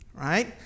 right